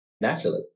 naturally